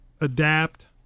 adapt